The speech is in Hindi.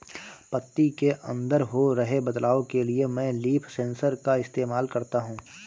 पत्ती के अंदर हो रहे बदलाव के लिए मैं लीफ सेंसर का इस्तेमाल करता हूँ